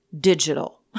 digital